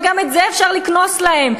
וגם את זה אפשר לקנוס להם,